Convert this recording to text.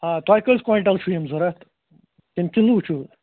آ تۄہہِ کٔژ کوینٛٹَل چھُو یِم ضروٗرت کِنہٕ کِلوٗ چھُو